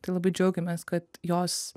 tai labai džiaugiamės kad jos